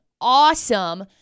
awesome